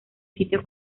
sitio